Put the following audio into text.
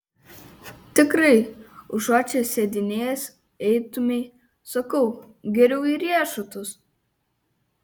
tikrai užuot čia sėdinėjęs eitumei sakau geriau į riešutus